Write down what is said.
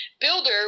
Builder